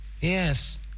Yes